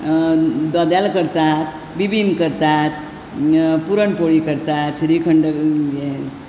दोदोल करतात बिबींक करतात पुरण पोळी करतात श्रीखंड हें